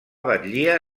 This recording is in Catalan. batllia